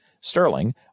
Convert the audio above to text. Sterling